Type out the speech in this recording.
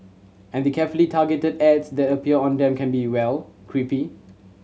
and the carefully targeted ads that appear on them can be well creepy